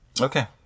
Okay